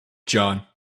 john